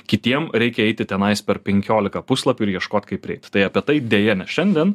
kitiem reikia eiti tenais per penkiolika puslapių ir ieškot kaip prieit tai apie tai deja ne šiandien